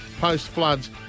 post-floods